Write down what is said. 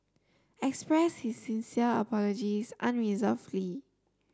expressed his sincere apologies unreservedly